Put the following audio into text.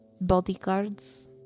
bodyguards